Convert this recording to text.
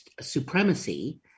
supremacy